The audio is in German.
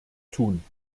tun